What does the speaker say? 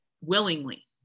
willingly